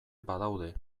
badaude